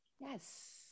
Yes